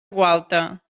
gualta